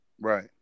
Right